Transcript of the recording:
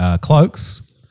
cloaks